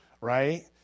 Right